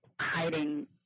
hiding